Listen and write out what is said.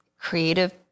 creative